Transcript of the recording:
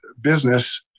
business